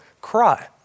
cry